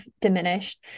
diminished